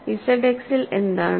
ZX ൽ എന്താണ്